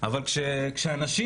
אבל כשהנשים,